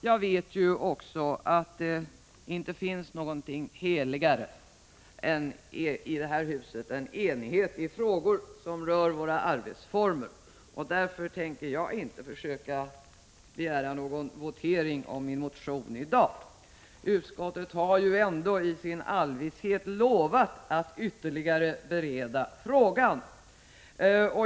Jag vet att det i detta hus inte finns någonting heligare än enighet i frågor som rör våra arbetsformer. Därför skall jag inte i dag begära votering om min motion. Utskottet har ju i sin allvishet lovat att ytterligare bereda frågan.